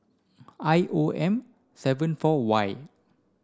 I O M seven four Y